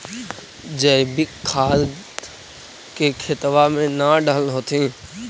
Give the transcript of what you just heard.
जैवीक खाद के खेतबा मे न डाल होथिं?